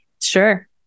Sure